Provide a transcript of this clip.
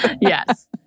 Yes